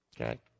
Okay